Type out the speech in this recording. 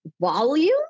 volume